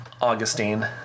Augustine